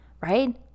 right